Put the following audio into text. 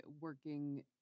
working